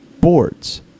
boards